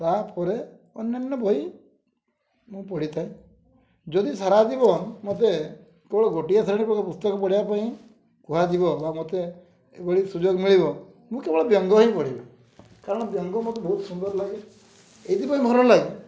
ତା'ପରେ ଅନ୍ୟାନ୍ୟ ବହି ମୁଁ ପଢ଼ିଥାଏ ଯଦି ସାରା ଜୀବନ ମୋତେ କେବଳ ଗୋଟିଏ ଶ୍ରେଣୀ ପ୍ରକାର ପୁସ୍ତକ ପଢ଼ିବା ପାଇଁ କୁହାଯିବ ବା ମୋତେ ଏଭଳି ସୁଯୋଗ ମିଳିବ ମୁଁ କେବଳ ବ୍ୟଙ୍ଗ ହିଁ ପଢ଼ିବି କାରଣ ବ୍ୟଙ୍ଗ ମୋତେ ବହୁତ ସୁନ୍ଦର ଲାଗେ ଏଥିପାଇଁ ଭଲ ଲାଗେ